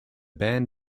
band